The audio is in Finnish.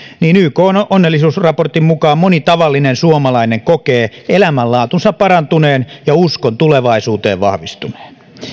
niin ykn onnellisuusraportin mukaan moni tavallinen suomalainen kokee elämänlaatunsa parantuneen ja uskon tulevaisuuteen vahvistuneen